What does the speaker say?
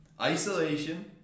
Isolation